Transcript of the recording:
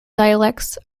dialects